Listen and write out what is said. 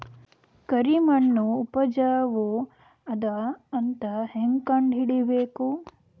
ಕರಿಮಣ್ಣು ಉಪಜಾವು ಅದ ಅಂತ ಹೇಂಗ ಕಂಡುಹಿಡಿಬೇಕು?